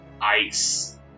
ice